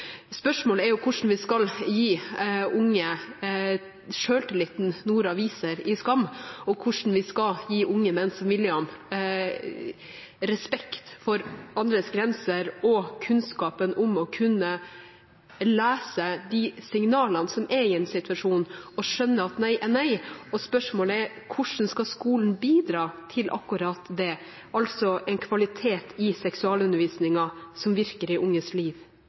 Spørsmålet er hvordan vi skal gi unge selvtilliten Noora viser i SKAM, og hvordan vi skal gi unge menn som Nikolai respekt for andres grenser og kunnskap om å kunne lese de signalene som er i en situasjon, og skjønne at nei er nei. Spørsmålet er hvordan skolen skal bidra til akkurat det, altså en kvalitet i seksualundervisningen som virker i unges liv.